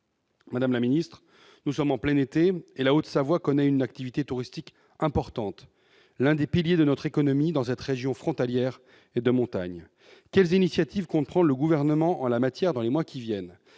Madame la ministre, nous sommes en plein été et la Haute-Savoie connaît une activité touristique importante, l'un des piliers de notre économie dans cette région frontalière et de montagne. Quelles initiatives le Gouvernement compte-t-il prendre en la matière dans les mois qui viennent ?